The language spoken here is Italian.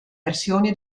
versioni